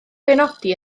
benodi